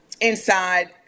inside